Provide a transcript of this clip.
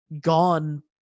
gone